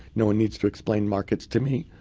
no one needs to explain markets to me.